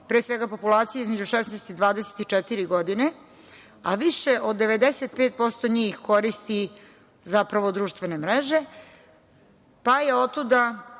pre svega, populacija između 16 i 24 godine, a više od 95% njih koristi zapravo društvene mreže, pa je otuda